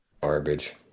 garbage